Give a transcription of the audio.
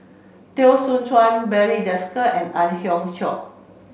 Teo Soon Chuan Barry Desker and Ang Hiong Chiok